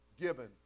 given